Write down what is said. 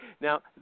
now